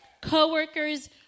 Coworkers